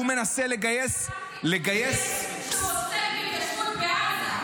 הוא מנסה לגייס --- אני אמרתי לו שהוא עוסק בהתיישבות בעזה,